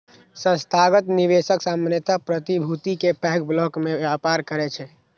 संस्थागत निवेशक सामान्यतः प्रतिभूति के पैघ ब्लॉक मे व्यापार करै छै